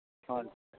ᱦᱳᱭ